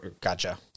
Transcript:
gotcha